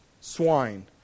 swine